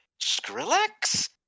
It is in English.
Skrillex